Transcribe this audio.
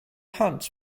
hands